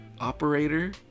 operator